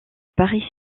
paris